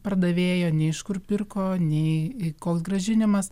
pardavėjo nei iš kur pirko nei koks grąžinimas